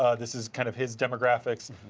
ah this is kind of his demographic.